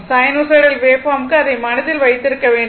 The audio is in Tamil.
சைனூசாய்டல் வேவ்பார்ம்க்கு அதை மனதில் வைத்திருக்க வேண்டும்